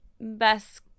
best